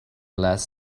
last